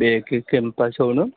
बे एखे केम्पासावनो